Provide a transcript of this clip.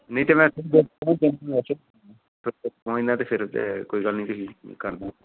ਨਹੀਂ ਤਾਂ ਮੈਂ ਕੋਈ ਨਾ ਤਾਂ ਫਿਰ ਤਾਂ ਕੋਈ ਗੱਲ ਨਹੀਂ ਤੁਸੀਂ ਕਰਦੋ